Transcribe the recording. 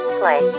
play